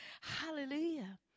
Hallelujah